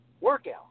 workout